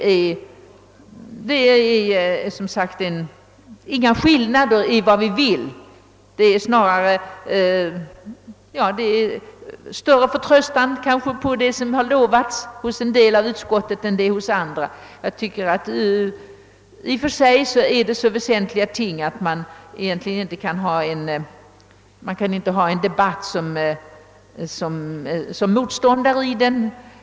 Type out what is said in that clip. Våra Önskningar skiljer sig som sagt inte så särskilt mycket. Det finns kanske större förtröstan hos en del av utskottets ledamöter än hos andra. I och för sig är dessa ting så väsentliga att vi inte kan föra en debatt som motståndare mot varandra.